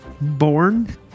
born